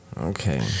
okay